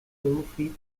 toffee